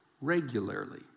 regularly